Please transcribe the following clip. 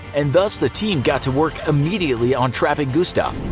and thus the team got to work immediately on trapping gustave.